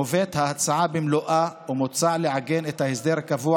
מובאת ההצעה במלואה ומוצע לעגן את ההסדר הקבוע